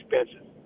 expensive